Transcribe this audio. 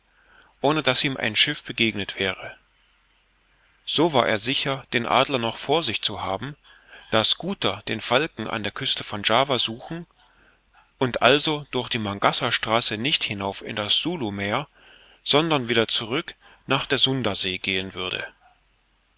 ohne daß ihm ein schiff begegnet wäre so war er sicher den adler noch vor sich zu haben da schooter den falken an der küste von java suchen und also durch die mangkassarstraße nicht hinauf in das sulu meer sondern wieder zurück nach der sunda see gehen würde